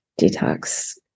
detox